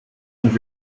and